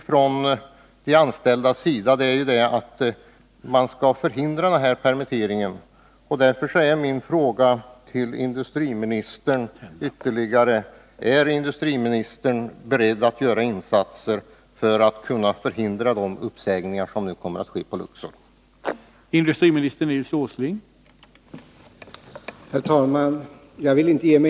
Från de anställdas sida kräver man att permitteringarna skall förhindras. Därför vill jag fråga industriministern: Är industriministern beredd att göra sådana insatser att de uppsägningar som nu skall ske vid Luxor kan förhindras?